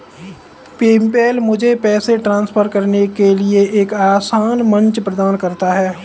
PayPal मुझे पैसे transfer करने के लिए एक आसान मंच प्रदान करता है